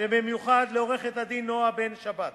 ובמיוחד לעורכת-הדין נועה בן-שבת,